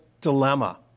dilemma